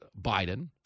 Biden